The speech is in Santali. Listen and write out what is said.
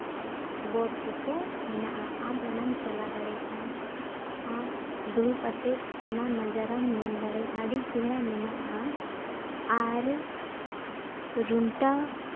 ᱵᱳᱴ ᱠᱚᱠᱚ ᱢᱮᱱᱟᱜᱼᱟ ᱟᱢ ᱚᱸᱰᱮᱢ ᱪᱟᱞᱟᱣ ᱫᱟᱲᱮᱭᱟᱜᱼᱟ ᱟᱨ ᱫᱩᱲᱩᱵᱽ ᱠᱟᱛᱮᱫ ᱚᱱᱟ ᱱᱚᱡᱚᱨᱮᱢ ᱧᱮᱞ ᱫᱟᱲᱮᱭᱟᱜᱼᱟ ᱟᱹᱰᱤ ᱪᱮᱦᱨᱟ ᱢᱮᱱᱟᱜᱼᱟ ᱟᱨ ᱨᱩᱱᱴᱟ